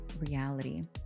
reality